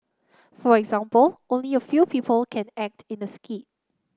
for example only a few people can act in the skit